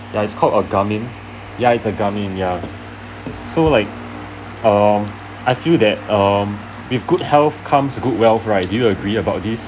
ya it's call a garmin ya it's a garmin ya so like um I feel that um with good health comes good wealth right do you agree about this